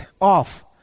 off